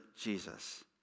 Jesus